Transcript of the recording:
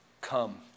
come